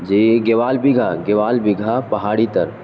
جی گیوال بیگھا گیوال بیگھا پہاڑی تر